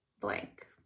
blank